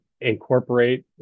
Incorporate